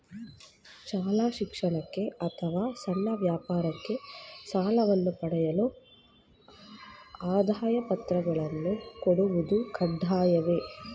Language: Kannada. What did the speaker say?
ಶಾಲಾ ಶಿಕ್ಷಣಕ್ಕೆ ಅಥವಾ ಸಣ್ಣ ವ್ಯಾಪಾರಕ್ಕೆ ಸಾಲವನ್ನು ಪಡೆಯಲು ಆದಾಯ ಪತ್ರಗಳನ್ನು ಕೊಡುವುದು ಕಡ್ಡಾಯವೇ?